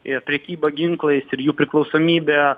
ir prekyba ginklais ir jų priklausomybe